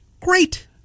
Great